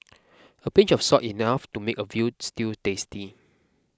a pinch of salt enough to make a Veal Stew tasty